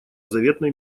заветной